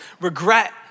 regret